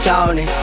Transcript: Tony